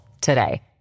today